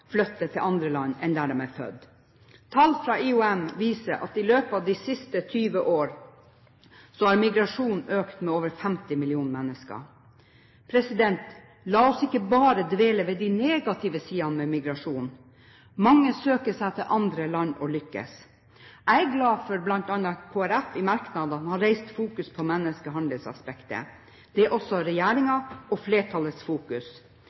til andre land enn der de er født. Tall fra IOM viser at i løpet av de siste 20 år har migrasjonen økt med over 50 millioner mennesker. La oss ikke bare dvele ved de negative sidene ved migrasjon. Mange søker seg til andre land og lykkes. Jeg er glad for at bl.a. Kristelig Folkeparti i merknadene har fokusert på menneskehandelsaspektet. Det er også regjeringens og flertallets fokus.